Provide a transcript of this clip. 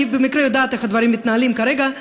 אני במקרה יודעת איך הדברים מתנהלים כרגע,